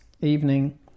evening